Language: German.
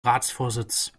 ratsvorsitz